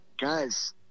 guys